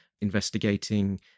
investigating